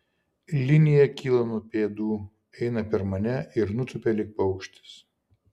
linija kyla nuo pėdų eina per mane ir nutupia lyg paukštis